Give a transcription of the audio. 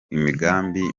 imigambi